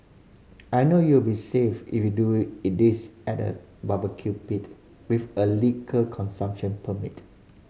I know you will be safe if you do this at a barbecue pit with a liquor consumption permit